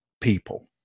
people